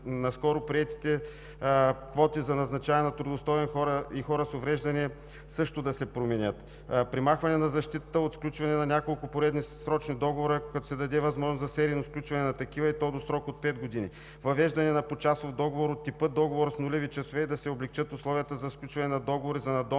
наскоро приетите квоти за назначаване на трудоустроени хора и хора с увреждания също да се променят. Премахване на защитата от сключване на няколко поредни срочни договора, като се даде възможност за серийно сключване на такива, и то до срок от пет години. Въвеждане на почасов договор от типа „договор с нулеви часове“ и да се облекчат условията за сключване на договори за надомна